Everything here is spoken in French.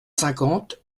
cinquante